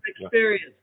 experience